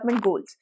goals